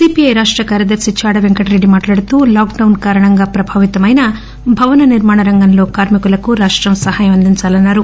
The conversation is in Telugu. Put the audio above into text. సిపిఐ రాష్ట కార్యదర్శి చాడ పెంకటరెడ్డి మాట్లాడుతూ లాక్ డౌన్ కారణంగా ప్రభావితమైన భవన నిర్మాణ రంగంలో కార్మికులకు రాష్టం సహాయం అందించాలని అన్నారు